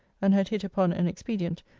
and had hit upon an expedient,